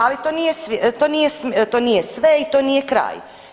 Ali to nije sve i to nije kraj.